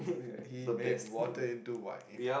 yeah he made water into wine